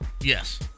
Yes